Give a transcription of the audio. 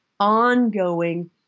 ongoing